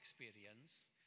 experience